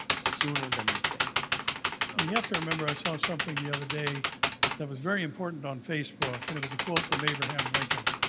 sooner than you think. you have to remember as i saw something the other day that was very important on facebook. and it was a quote from abraham lincoln.